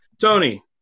Tony